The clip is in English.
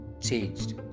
changed